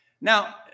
Now